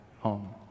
home